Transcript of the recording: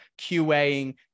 QAing